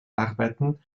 arbeiten